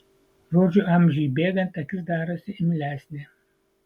žodžiu amžiui bėgant akis darosi imlesnė